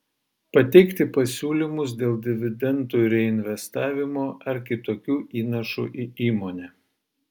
pateikti pasiūlymus dėl dividendų reinvestavimo ar kitokių įnašų į įmonę